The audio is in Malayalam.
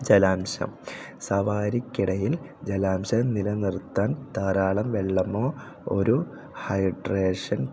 ജലാംശം സവാരിക്കിടയിൽ ജലാംശം നിലനിർത്താൻ ധാരാളം വെള്ളമോ ഒരു ഹൈഡ്രേഷൻ